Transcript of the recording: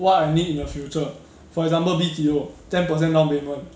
what I need in the future for example B_T_O ten percent downpayment